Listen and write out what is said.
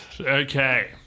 Okay